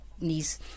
knees